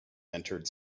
entered